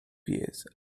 years